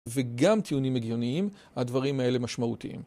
וגם טיעונים הגיוניים, הדברים האלה משמעותיים.